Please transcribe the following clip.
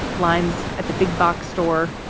lines at the big box store.